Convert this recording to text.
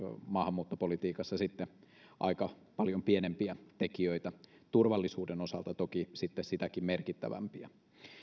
maahanmuuttopolitiikassa aika paljon pienempiä tekijöitä turvallisuuden osalta toki sitten sitäkin merkittävämpiä